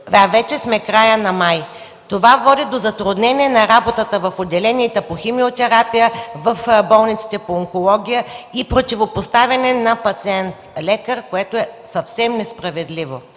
вече сме края на май. Това води до затруднение на работата в отделенията по химиотерапия в болниците по онкология и противопоставяне на пациент – лекар, което е съвсем несправедливо.